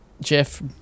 Jeff